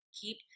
keep